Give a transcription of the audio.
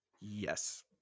Yes